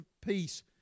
peace